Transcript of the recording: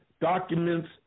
documents